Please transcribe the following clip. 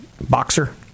boxer